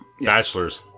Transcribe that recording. bachelors